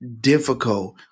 difficult